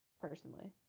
personally